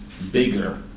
bigger